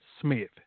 Smith